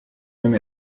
même